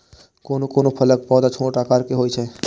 कोनो कोनो फलक पौधा छोट आकार के होइ छै